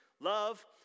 love